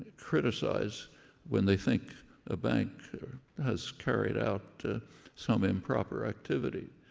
criticize when they think a bank has carried out some improper activity.